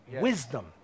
wisdom